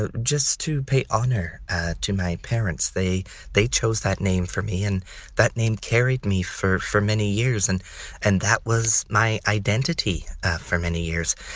ah just to pay honour to my parents they they chose that name for me and that name carried me for for many years and and that was my identity for many years.